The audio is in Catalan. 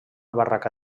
barraca